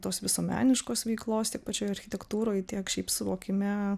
tos visuomeniškos veiklos tiek pačioj architektūroj tiek šiaip suvokime